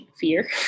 fear